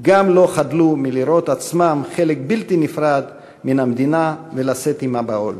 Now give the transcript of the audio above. גם לא חדלו מלראות בעצמם חלק בלתי נפרד ממנה ולשאת עמה בעול.